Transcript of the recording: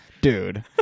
Dude